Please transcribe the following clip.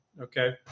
Okay